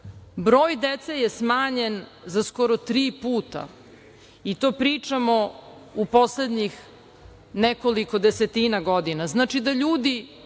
Broj dece je smanjen za skoro tri puta i to pričamo u poslednjih nekoliko desetina godina. Znači da ljudi